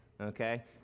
Okay